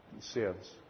sins